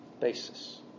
basis